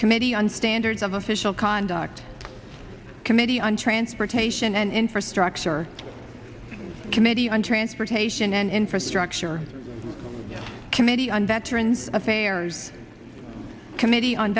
committee on standards of official conduct committee on transportation and infrastructure committee on transportation and infrastructure committee on veterans affairs committee on